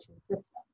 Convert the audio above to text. system